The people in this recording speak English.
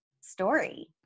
story